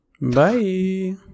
Bye